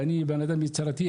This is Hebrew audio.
ואני בן אדם יצירתי,